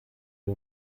wir